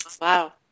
Wow